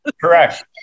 Correct